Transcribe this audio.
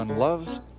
loves